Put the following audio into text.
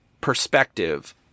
perspective